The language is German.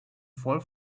voll